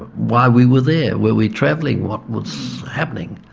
but why we were there, were we travelling, what's what's happening,